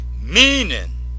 meaning